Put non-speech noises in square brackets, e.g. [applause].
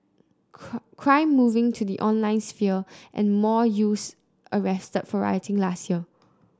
[unintelligible] crime moving to the online sphere and more youths arrested for rioting last year